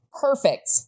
perfect